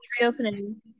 reopening